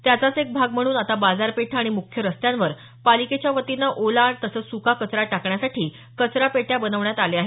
त्याचाच एक भाग म्हणून आता बाजारपेठा आणि मुख्य रस्त्यांवर पालिकेच्या वतीनं ओला तसंच सुका कचरा टाकण्यासाठी कचरापेट्या बसवण्यात आल्या आहेत